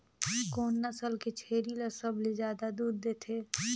कोन नस्ल के छेरी ल सबले ज्यादा दूध देथे?